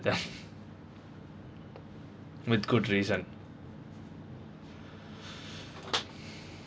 there with good reason